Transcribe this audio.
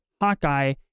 Hawkeye